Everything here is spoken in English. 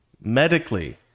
Medically